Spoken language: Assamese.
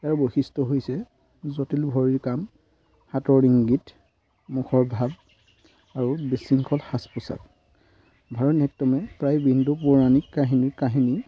ইাৰ বৈশিষ্ট্য হৈছে জটিল ভৰিৰ কাম হাতৰ ইংগিত মুখৰ ভাৱ আৰু বিশৃংখল সাজ পোছাক ভাৰত নাট্যমে প্ৰায় বিন্দু পৌৰাণিক কাহিনী কাহিনীৰ